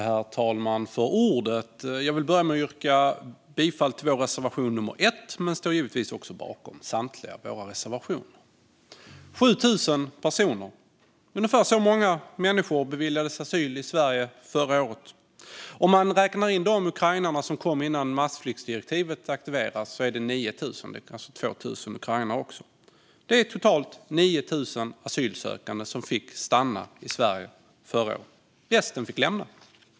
Herr talman! Jag vill börja med att yrka bifall till vår reservation nummer 1, men vi står bakom samtliga våra reservationer. Ungefär 7 000 personer beviljades asyl i Sverige förra året. Om man räknar in de 2 000 ukrainare som kom innan massflyktsdirektivet aktiverades blir det totalt 9 000 personer. Totalt 9 000 asylsökande fick stanna i Sverige förra året. Resten fick lämna landet.